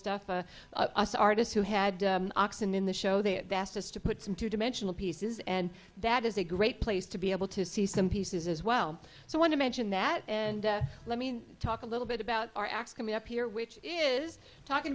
stuff us artists who had oxen in the show they had asked us to put some two dimensional pieces and that is a great place to be able to see some pieces as well so i want to mention that and let me talk a little bit about our acts coming up here which is talking